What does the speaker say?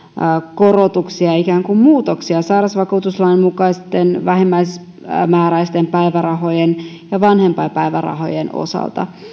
korotuksia ja ikään kuin muutoksia sairausvakuutuslain mukaisten vähimmäismääräisten päivärahojen ja vanhempainpäivärahojen osalta